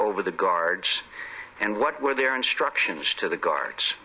over the guards and what were their instructions to the guards